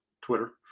Twitter